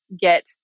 get